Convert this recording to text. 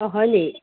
অ হয়নি